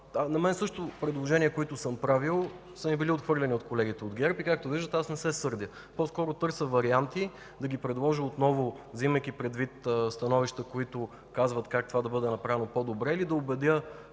Мои предложения, които съм правил, също са били отхвърляни от колегите от ГЕРБ. Както виждате, аз не се сърдя, а по-скоро търся варианти да ги предложа отново, вземайки предвид становища, които казват как това да бъде направено по-добро, или да убедя